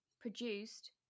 produced